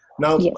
now